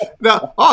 Now